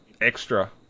extra